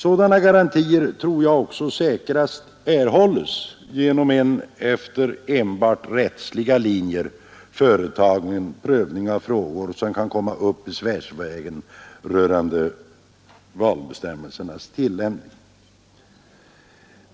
Sådana garantier tror jag också säkrast erhålles genom en efter enbart rättsliga linjer företagen prövning av frågor som kan komma upp besvärsvägen rörande valbestämmelsernas tillämpning.